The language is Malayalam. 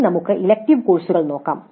ഇനി നമുക്ക് ഇലക്ടീവ് കോഴ്സുകൾ നോക്കാം